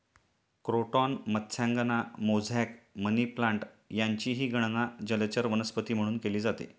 croton मत्स्यांगना, mosaic, money plant यांचीही गणना जलचर वनस्पती म्हणून केली जाते